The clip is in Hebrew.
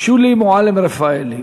שולי מועלם-רפאלי,